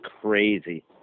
crazy